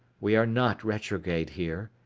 we are not retrograde here.